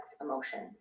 emotions